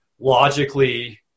logically